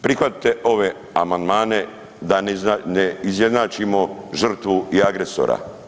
Prihvatite ove amandmane da ne izjednačimo žrtvu i agresora.